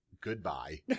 goodbye